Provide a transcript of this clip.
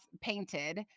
painted